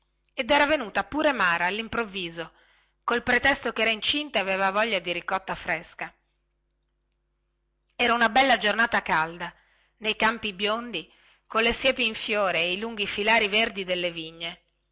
ed era venuta pure mara allimprovviso col pretesto che era incinta e aveva voglia di ricotta fresca era una bella giornata calda nei campi biondi colle siepi in fiore e i lunghi filari verdi delle vigne